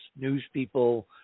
newspeople